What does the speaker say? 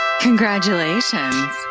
congratulations